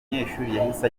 yahise